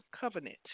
covenant